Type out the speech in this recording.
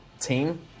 team